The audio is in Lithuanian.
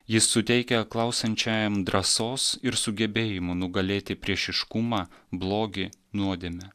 jis suteikia klausančiajam drąsos ir sugebėjimo nugalėti priešiškumą blogį nuodėmę